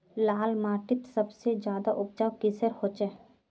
लाल माटित सबसे ज्यादा उपजाऊ किसेर होचए?